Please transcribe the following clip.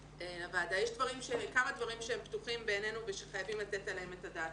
לוועדה יש כמה דברים שהם פתוחים בעננינו ושחייבים לתת עליהם את הדעת,